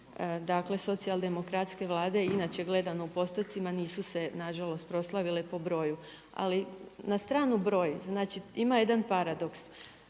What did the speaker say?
Dakle socijaldemokratske Vlade inače gledamo u postocima nisu se nažalost proslavile po broju, ali na stranu broj. Znači ima jedan paradoks.